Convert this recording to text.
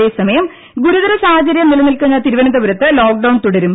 അതേസമയം ഗുരുതര സാഹചര്യം നില നിൽക്കുന്ന തിരുവനന്തപുരത്ത് ലോക്ക്ഡൌൺ തുടരും